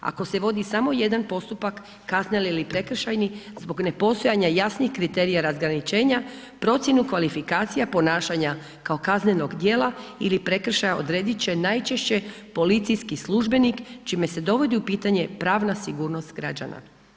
Ako se vodi samo jedan postupak, kazneni ili prekršajni zbog nepostojanja jasnih kriterija razgraničenja, procjenu kvalifikacija ponašanja kao kaznenog dijela ili prekršaja odredit će najčešće policijski službenik čime se dovodi u pitanje pravna sigurnost građana.